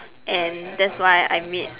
and that's why I made